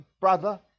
brother